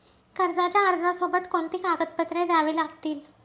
कर्जाच्या अर्जासोबत कोणती कागदपत्रे द्यावी लागतील?